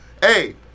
Hey